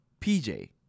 PJ